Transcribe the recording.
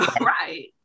right